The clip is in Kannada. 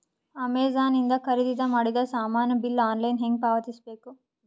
ಅಮೆಝಾನ ಇಂದ ಖರೀದಿದ ಮಾಡಿದ ಸಾಮಾನ ಬಿಲ್ ಆನ್ಲೈನ್ ಹೆಂಗ್ ಪಾವತಿಸ ಬೇಕು?